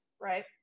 right